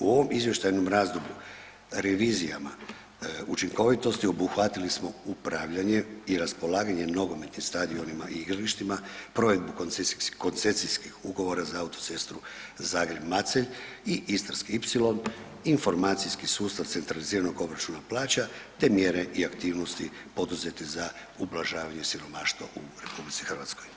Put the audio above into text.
U ovom izvještajnom razdoblju revizijama učinkovitosti obuhvatili smo upravljanje i raspolaganje nogometnim stadionima i igralištima, provedbu koncesijskih ugovora za autocestu Zagreb-Macelj i Istarski ipsilon, informacijski sustav centraliziranog obračuna plaća, te mjere i aktivnosti poduzete za ublažavanje siromaštva u RH.